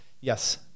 Yes